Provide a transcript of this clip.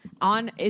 on